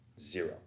zero